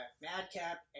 Madcap